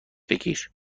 بگیر